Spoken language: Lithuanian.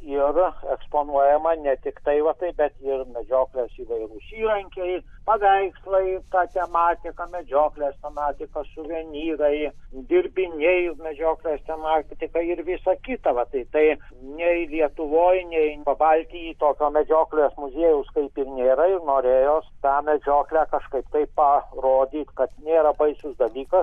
ir eksponuojama ne tik tai vat taip bet ir medžioklės įvairūs įrankiai paveikslai ta tematika medžioklės tematikos suvenyrai dirbiniai medžioklės temtika ir visa kita vat tai nei lietuvoje nei pabaltijy tokio medžioklės muziejaus kaip ir nėra ir norėjos tą medžioklę kažkaip tai parodytė kad nėra baisus dalykas